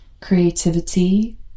creativity